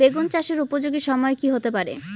বেগুন চাষের উপযোগী সময় কি হতে পারে?